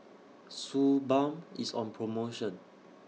Suu Balm IS on promotion